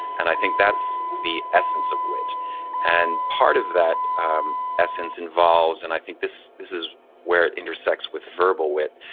and i think that's the essence of wit and part of that um essence involves, and i think this this is where it intersects with verbal wit.